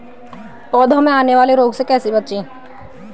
पौधों में आने वाले रोग से कैसे बचें?